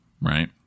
right